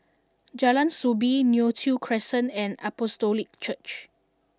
Jalan Soo Bee Neo Tiew Crescent and Apostolic Church